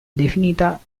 definita